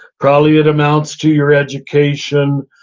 probably it amounts to your education,